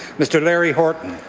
mr. larry horton.